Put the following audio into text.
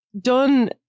done